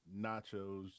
nachos